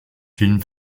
film